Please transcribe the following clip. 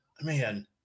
man